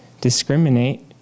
discriminate